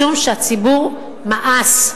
משום שהציבור מאס.